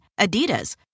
Adidas